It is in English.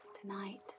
Tonight